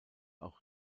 auch